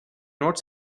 not